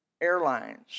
airlines